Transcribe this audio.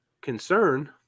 concern